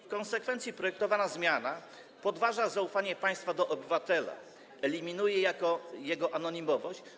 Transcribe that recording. W konsekwencji projektowana zmiana podważa zaufanie państwa do obywatela i eliminuje jego anonimowość.